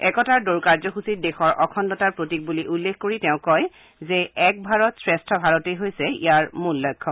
একতাৰ দৌৰ কাৰ্যসূচীক দেশৰ অখণ্ডতাৰ প্ৰতীক বুলি উল্লেখ কৰি তেওঁ কয় যে এক ভাৰত শ্ৰেষ্ঠ ভাৰতেই হৈছে ইয়াৰ মূল লক্ষ্য